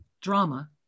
drama